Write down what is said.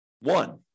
One